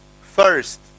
first